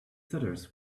stutters